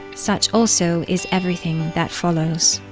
such also is everything that follows.